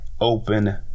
open